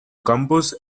compose